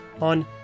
on